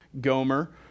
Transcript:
Gomer